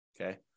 Okay